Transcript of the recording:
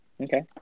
Okay